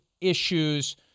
issues